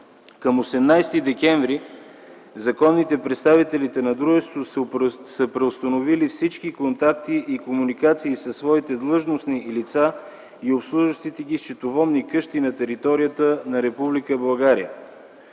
Към 18 декември законните представители на дружеството са преустановили всички контакти и комуникации със своите длъжностни лица и обслужващите ги счетоводни къщи на територията на Република България.